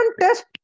test